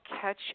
catch